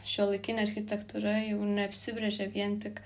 šiuolaikinė architektūra jau neapsibrėžia vien tik